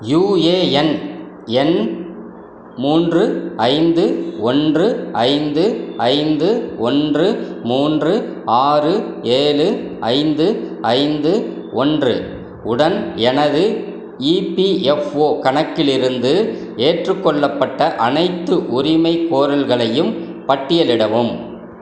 UAN எண் மூன்று ஐந்து ஒன்று ஐந்து ஐந்து ஒன்று மூன்று ஆறு ஏழு ஐந்து ஐந்து ஒன்று உடன் எனது இபிஎஃப்ஓ கணக்கிலிருந்து ஏற்றுக்கொள்ளப்பட்ட அனைத்து உரிமைகோரல்களையும் பட்டியலிடவும்